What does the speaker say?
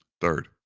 Third